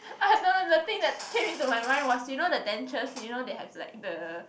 the thing that came into my mind was the you know the dentures you know they have the